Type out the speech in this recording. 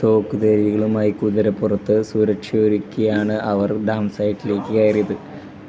തോക്കുധാരികളുമായി കുതിരപ്പുറത്ത് സുരക്ഷയൊരുക്കിയാണ് അവർ ഡാം സൈറ്റിലേക്ക് കയറിയത്